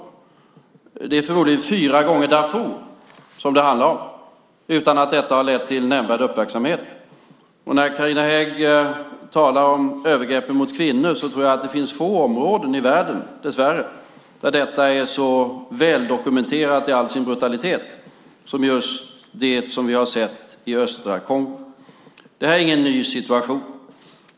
Det handlar förmodligen om fyra gånger antalet i Darfur utan att detta har lett till nämnvärd uppmärksamhet. Carina Hägg talar om övergreppen mot kvinnor, och jag tror dessvärre att det finns få områden i världen där detta är så väldokumenterat i all sin brutalitet som just i östra Kongo. Det här är ingen ny situation.